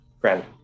friend